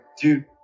dude